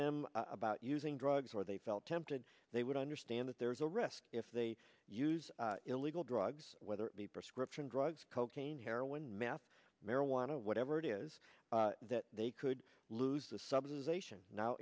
them about using drugs or they felt tempted they would understand that there is a risk if they use illegal drugs whether it be prescription drugs cocaine heroin meth marijuana whatever it is that they could lose the sub